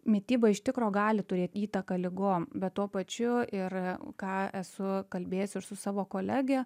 mityba iš tikro gali turėt įtaką ligom bet tuo pačiu ir ką esu kalbėjus ir su savo kolege